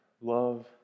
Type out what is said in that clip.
Love